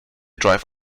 drive